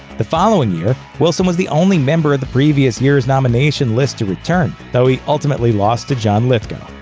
the following year, wilson was the only member of the previous year's nomination list to return, though he ultimately lost to john lithgow.